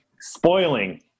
Spoiling